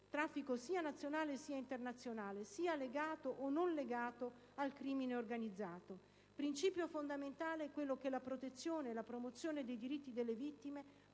persone, sia nazionale che internazionale, sia legato che non connesso al crimine organizzato. Principio fondamentale è quello che la protezione e la promozione dei diritti delle vittime